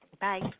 Bye